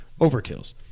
overkills